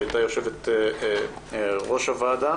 שהייתה יושבת-ראש הוועדה